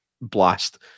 blast